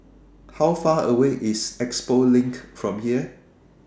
How Far away IS Expo LINK from here